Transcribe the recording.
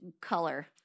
color